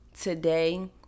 today